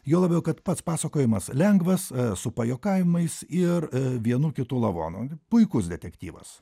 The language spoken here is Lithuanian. juo labiau kad pats pasakojimas lengvas su pajuokavimais ir vienu kitu lavonu puikus detektyvas